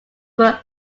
were